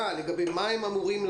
המספרים נמוכים.